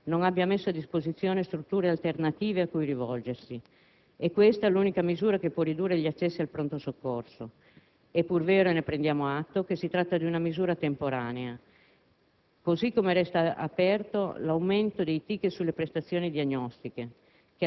continuiamo a ritenere che vadano tolti, almeno fino a quando l'organizzazione della sanità territoriale non abbia messo a disposizione strutture alternative a cui rivolgersi. Questa è l'unica misura che può ridurre gli accessi al pronto soccorso. È pur vero - ne prendiamo atto - che si tratta di un misura temporanea.